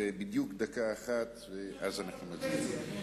זה בדיוק דקה אחת ואז אנחנו נצביע.